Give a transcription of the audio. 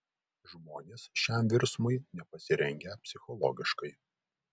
žmonės šiam virsmui nepasirengę psichologiškai